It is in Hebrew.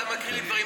אתה מקריא לי דברים,